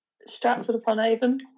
Stratford-upon-Avon